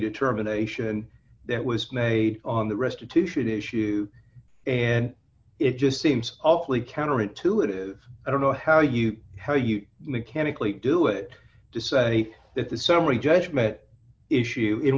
determination that was made on the restitution issue and it just seems awfully counterintuitive i don't know how you how you mechanically do it to say that the summary judgment issue in